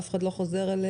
אף אחד לא חוזר אליהם.